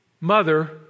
mother